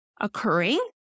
occurring